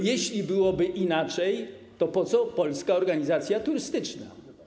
Jeśli byłoby inaczej, to po co Polska Organizacja Turystyczna?